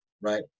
right